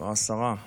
כבר עשרה קצינים,